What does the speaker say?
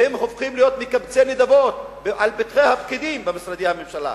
והם הופכים להיות מקבצי נדבות על פתחי הפקידים במשרדי הממשלה.